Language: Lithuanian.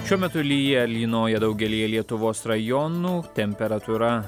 šiuo metu lyja lynoja daugelyje lietuvos rajonų temperatūra